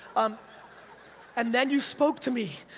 um and then you spoke to me,